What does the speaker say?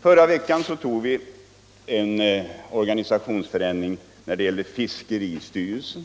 Förra veckan beslöt vi om en organisationsförändring när det gäller fiskeristyrelsen.